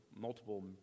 multiple